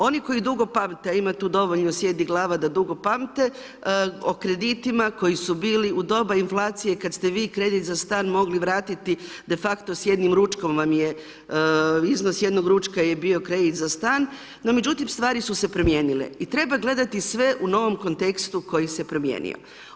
Oni koji dugo pamte, a ima tu dovoljno sjedi glava da dugo pamte, o kreditima koji su bili u doba inflacije kada ste vi kredit za stan mogli vratiti de facto s iznos jednog ručka je bio kredit za stan, no međutim stvari su se promijenile i treba gledati sve u novom kontekstu koji se promijenio.